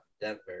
Denver